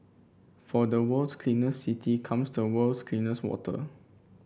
from the world's cleanest city comes the world's cleanest water